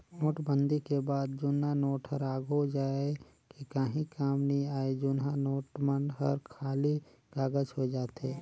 नोटबंदी के बाद जुन्ना नोट हर आघु जाए के काहीं काम नी आए जुनहा नोट मन हर खाली कागज होए जाथे